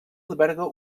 alberga